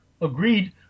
agreed